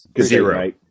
Zero